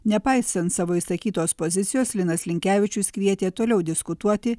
nepaisant savo išsakytos pozicijos linas linkevičius kvietė toliau diskutuoti